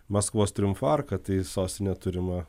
maskvos triumfo arka tai sostinė turima